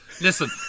Listen